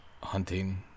hunting